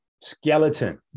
Skeleton